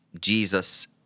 jesus